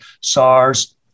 SARS